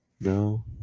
No